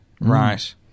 Right